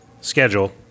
schedule